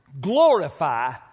glorify